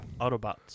Autobots